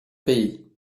pays